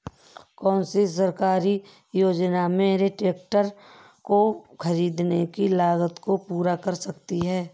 कौन सी सरकारी योजना मेरे ट्रैक्टर को ख़रीदने की लागत को पूरा कर सकती है?